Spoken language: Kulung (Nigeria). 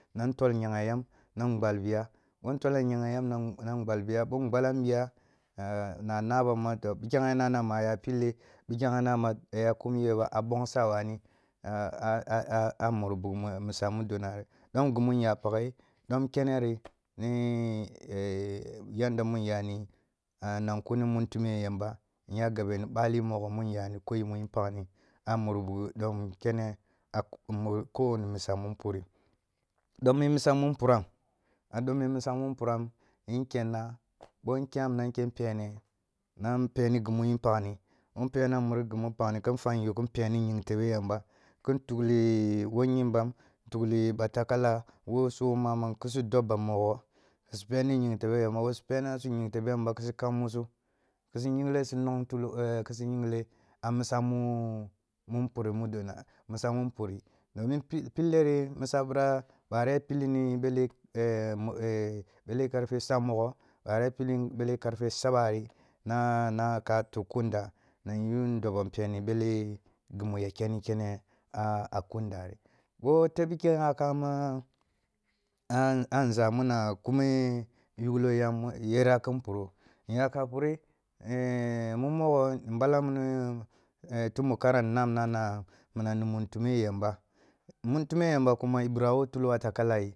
Nan tol nyaghe yam nan gwalbi ya, bo ntolam nyaghe yam nan gwalbiya, ъo ngwalanbiya na nabam ma, pikyam ya nabam ma ya bille, pikyam ana ma ya kum gyeba a bongsa waul a muri buk misa mudo nari, dom ghi mu nya paghe, dom keneri ni ni yadda mu nyani, nan kuni mun tume yamba, nya gabe ni bali mogho mun yani ko mun pagni a muri yi buk mun ko wani misa mun porhi ɗom mi misa mun mpuram, a dom mi misa mun mpuram, nkenna, bo nkyam na nkgam pene, nam peni ghi mu yiring paghni ъo mpenang ghi mu yirin paghni kin fwa nyu kin peni ying tebe yamba, kin tukli wo yimbam, tukli ba takala, wo su mamam ki su dubban mogho su peni ying tebe yamba, bo su pena sum ying tebe yamba, ki su kan musu, ki su yingle su nongtulo ki su yingle a misa mu, mun puri. Domin pillori misa ъira bwara ya pilli ni bele bele karfe sagh mogho, banra ya pilli karfe sabari na ka tuk kunda na go ndobo mpeni bele ghi mu ya kenkene a kun nda rhi, wo tab pike yakama a nza na kume yuklo yam yara kin puro, nyaka pureh mu mogho mbalan mini tun bukara nnam nanah inang ni mun tume yamba, mun tue yamba kuma i bira wo tulo a takala ye.